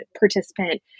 participant